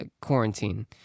quarantine